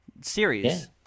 Series